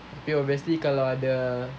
okay obviously kalau ada